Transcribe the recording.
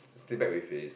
sleep back with his